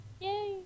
Yay